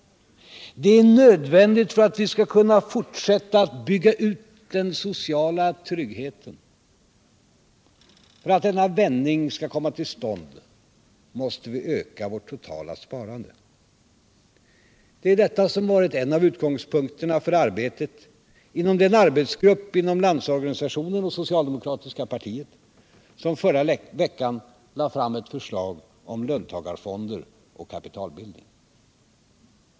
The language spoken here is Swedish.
Och det är nödvändigt för att vi skall kunna fortsätta att bygga ut den sociala tryggheten. För att denna vändning skall kunna komma till stånd måste vi öka vårt totala sparande. Det är detta som har varit en av utgångspunkterna för arbetet inom den arbetsgrupp inom Landsorganisationen och socialdemokratiska partiet som i förra veckan lade fram ett förslag om löntagarfonder och kapitalbildning.